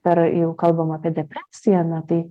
ir jeigu kalbam apie depresiją na tai